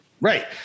Right